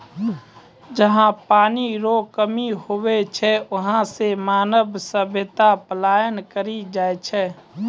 जहा पनी रो कमी हुवै छै वहां से मानव सभ्यता पलायन करी जाय छै